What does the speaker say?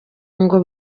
ngo